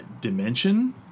dimension